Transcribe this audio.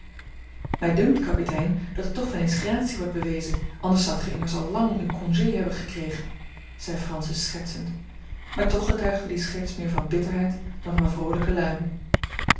mij dunkt kapitein dat er toch wel eens gratie wordt bewezen anders zoudt gij immers al lang uw congé hebben gekregen zei francis schertsend maar toch getuigde die scherts meer van bitterheid dan van vroolijke luim